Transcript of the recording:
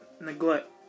neglect